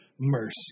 mercy